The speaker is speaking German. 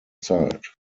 zeit